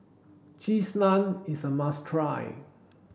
cheese naan is a must try